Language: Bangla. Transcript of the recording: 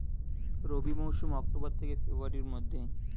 রবি মৌসুম অক্টোবর থেকে ফেব্রুয়ারির মধ্যে